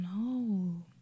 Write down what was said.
no